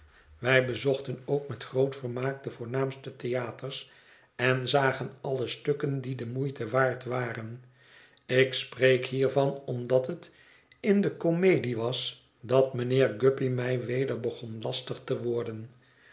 wij bezochten ook met groot vermaak de voornaamste theaters en zagen alle stukken die de moeite waard waren ik spreek hiervan omdat het in de komedie was dat mijnheer guppy mij weder begon lastig te worden